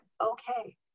okay